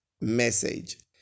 message